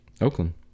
Oakland